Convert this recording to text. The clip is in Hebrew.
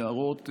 נערות,